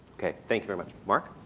ok thank you very much mark.